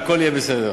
והכול יהיה בסדר,